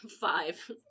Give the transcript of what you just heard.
Five